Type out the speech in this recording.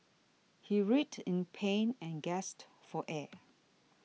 he writhed in pain and gasped for air